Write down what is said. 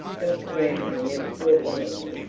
dr grantly never thought well of me,